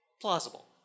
plausible